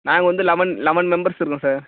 நாங்கள் வந்து eleven eleven members இருக்கோம் சார்